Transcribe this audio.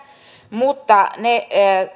mutta niitä